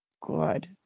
Good